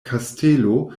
kastelo